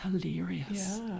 hilarious